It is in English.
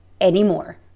anymore